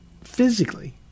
physically